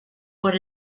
por